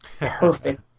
perfect